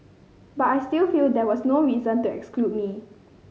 but I still feel there was no reason to exclude me